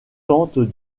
tente